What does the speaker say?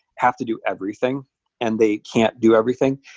have to do everything and they can't do everything.